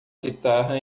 guitarra